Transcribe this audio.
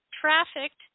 trafficked